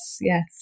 yes